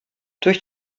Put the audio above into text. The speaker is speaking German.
durch